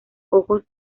ojos